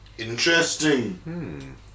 Interesting